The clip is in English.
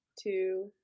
two